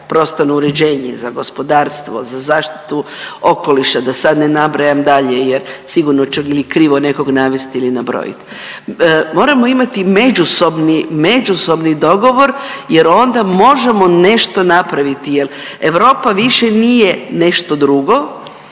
prostorno uređenje, za gospodarstvo, za zaštitu okoliša da sad ne nabrajam dalje jer sigurno ću ili krivo nekog navesti ili nabrojiti. Moramo imati međusobni, međusobni dogovor jer onda možemo nešto napraviti jer Europa više nije nešto drugo,